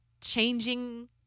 changing